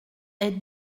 est